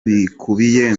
bikubiye